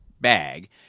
bag